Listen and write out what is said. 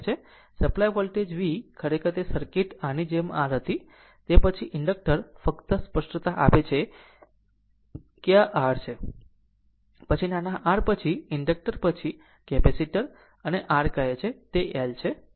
supply voltage V ખરેખર તે એક સર્કિટ આની જેમ r હતી તે પછી ઇન્ડક્ટર ફક્ત સ્પષ્ટતા આપે છે કે આ r છે પછી નાના r પછી ઇન્ડક્ટર પછી કેપેસિટર અને જેને આ r કહે છે તે એલ છે અને આ r કેપિટલ R છે